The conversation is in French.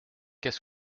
qu’est